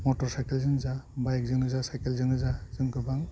मटर साइकेलजों जा बाइकजों जा साइकेलजोंनो जा जों गोबां